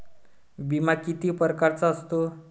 बिमा किती परकारचा असतो?